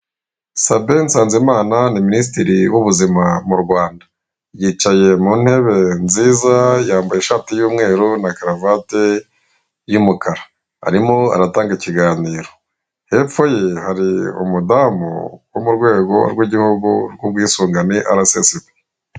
Sabin Nsanzimana ni minisitiri w'ubuzima mu Rwanda, yicaye mu ntebe nziza; yambaye ishati y'umweru na karuvati y'umukara arimo aratanga ikiganiro, hepfo ye hari umudamu wo mu rwego rw'igihugu RSSB.